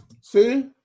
See